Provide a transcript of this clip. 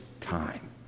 time